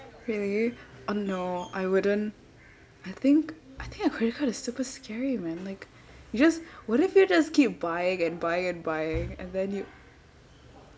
really uh no I wouldn't I think I think a credit card is super scary man like you just what if you just keep buying and buying and buying and then you